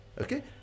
Okay